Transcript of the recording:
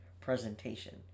presentation